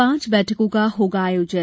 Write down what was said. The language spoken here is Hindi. पांच बैठकों का होगा आयोजन